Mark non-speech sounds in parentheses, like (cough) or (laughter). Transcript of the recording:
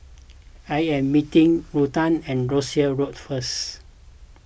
(noise) I am meeting Rutha at Russels Road first